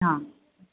ಹಾಂ